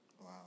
Wow